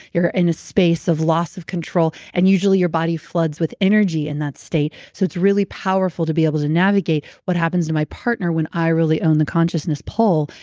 you're in a space of loss of control and usually your body floods with energy in that state. so, it's really powerful to be able to navigate what happens to my partner when i really own the consciousness pole.